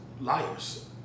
Liars